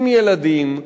עם ילדים,